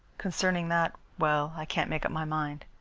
concerning that well, i can't make up my mind.